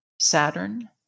Saturn